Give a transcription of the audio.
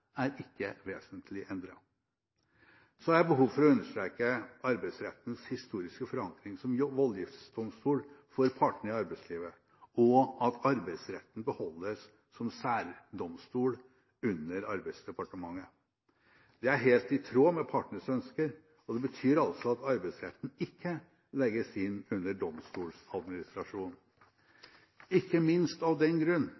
er ikke vesentlig endret. Så har jeg behov for å understreke Arbeidsrettens historiske forankring som voldgiftsdomstol for partene i arbeidslivet og at Arbeidsretten beholdes som særdomstol under Arbeidsdepartementet. Det er helt i tråd med partenes ønsker, og det betyr altså at Arbeidsretten ikke legges inn under domstolsadministrasjonen. Ikke minst av den grunn